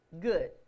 good